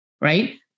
right